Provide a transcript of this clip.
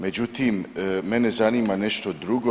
Međutim, mene zanima nešto drugo.